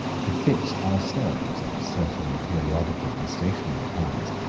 to fix ourselves, at certain periodical and stationary times,